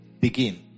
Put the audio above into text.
begin